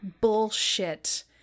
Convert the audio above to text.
bullshit